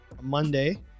Monday